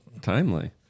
timely